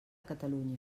catalunya